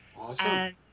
Awesome